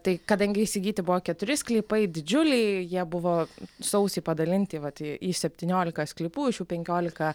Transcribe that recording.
tai kadangi įsigyti buvo keturi sklypai didžiuliai jie buvo sausį padalinti vat į į septynioliką sklypų iš jų penkiolika